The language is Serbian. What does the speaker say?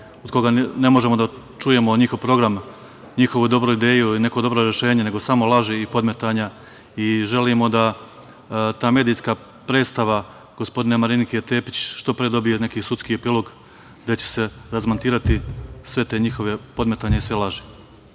od koga ne možemo da čujemo njihov program, njihovu dobru ideju i neko dobro rešenje, nego samo laži i podmetanja. Želimo da ta medijska predstava Marinike Tepić što pre dobije neki sudski epilog, gde će se razmontirati sva ta njihova podmetanja i sve laži. Kada